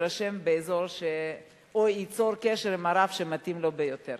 יירשם באזור או ייצור קשר עם הרב שמתאים לו ביותר.